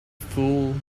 fool